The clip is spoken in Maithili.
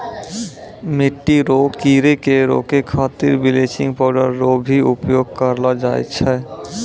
मिट्टी रो कीड़े के रोकै खातीर बिलेचिंग पाउडर रो भी उपयोग करलो जाय छै